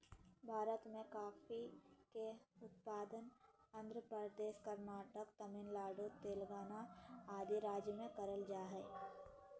भारत मे कॉफी के उत्पादन आंध्र प्रदेश, कर्नाटक, तमिलनाडु, तेलंगाना आदि राज्य मे करल जा हय